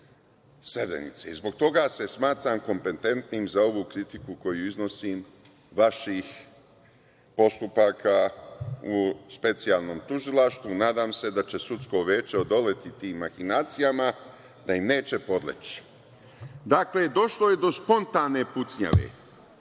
Zbog toga se smatram kompetentnim za ovu kritiku koju iznosim vaših postupaka u Specijalnom tužilaštvu. Nadam se da će sudsko veće odoleti tim mahinacijama, da im neće podleći. Dakle, došlo je do spontane pucnjave,